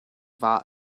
war